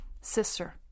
sister